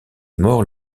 mort